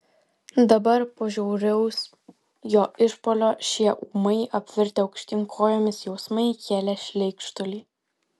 dabar po žiauraus jo išpuolio šie ūmai apvirtę aukštyn kojomis jausmai kėlė šleikštulį